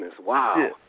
Wow